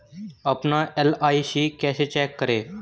अपना एल.आई.सी कैसे चेक करें?